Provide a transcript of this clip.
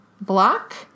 block